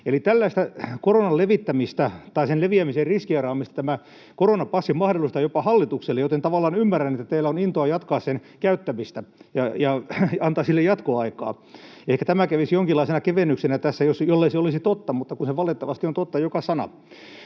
koronan levittämistä tai sen leviämisen riskeeraamista tämä koronapassi mahdollistaa jopa hallitukselle, joten tavallaan ymmärrän, että teillä on intoa jatkaa sen käyttämistä ja antaa sille jatkoaikaa. Ehkä tämä kävisi jonkinlaisena kevennyksenä tässä, jollei se olisi totta, mutta kun se valitettavasti on totta joka sana.